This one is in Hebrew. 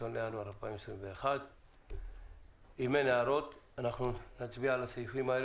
1 בינואר 2021. אם אין הערות, נצביע על הסעיפים.